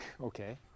Okay